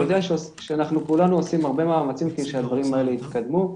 אני יודע שכולנו עושים הרבה מאמצים כדי שהדברים האלה יתקדמו.